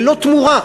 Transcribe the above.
ללא תמורה.